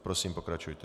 Prosím, pokračujte.